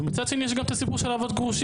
ומצד שני יש גם את הסיפור של האבות הגרושים.